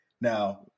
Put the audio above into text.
Now